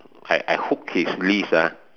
I I hook his leash ah